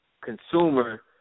consumer